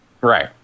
Right